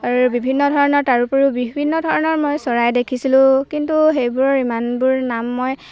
আৰু বিভিন্ন ধৰণৰ তাৰোপৰিও বিভিন্ন ধৰণৰ মই চৰাই দেখিছিলোঁ কিন্তু সেইবোৰৰ ইমানবোৰ নাম মই